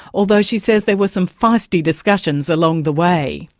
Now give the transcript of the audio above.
although she says there were some feisty discussions along the way.